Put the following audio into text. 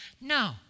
No